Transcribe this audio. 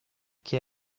che